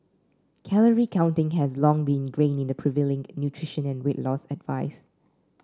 Calorie counting has long been ingrained in the prevailing nutrition and weight loss advice